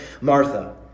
Martha